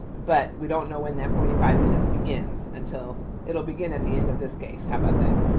but we don't know when that forty five minutes begins until it will begin at the end of this case, how about that?